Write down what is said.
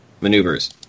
Maneuvers